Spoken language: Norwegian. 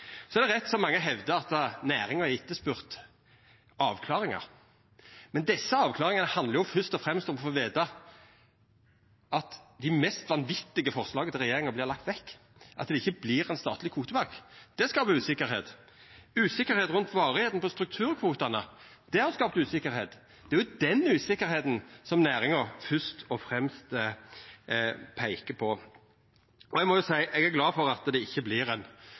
er rett, som mange hevdar, at næringa har etterspurt avklaringar. Men desse avklaringane handlar fyrst og fremst om å få veta at dei mest vanvitige forslaga til regjeringa vert lagde vekk – t.d. at det ikkje vert ein statleg kvotebank. Det har skapt usikkerheit – usikkerheit rundt varigheita på strukturkvotane. Det er denne usikkerheita næringa fyrst og fremst peiker på. Og eg må jo seia at eg er glad for at det ikkje vert ein